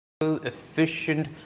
efficient